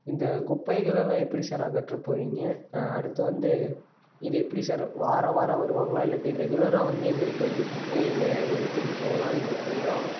இந்தக் குப்பைகளெல்லாம் எப்படி சார் அகற்றப் போகிறீங்க அடுத்து வந்து இது எப்படி சார் வாரம் வாரம் வருவாங்களா இல்லாட்டி ரெகுலராக வந்து எங்களுக்கு வந்து குப்பையை இந்த எடுத்துகிட்டுப் போனால் எங்களுக்கு கொஞ்சம்